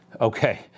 Okay